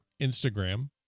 Instagram